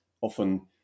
often